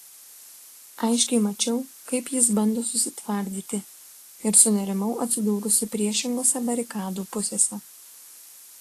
aiškiai mačiau kaip jis bando susitvardyti ir sunerimau atsidūrusi priešingose barikadų pusėse